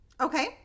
Okay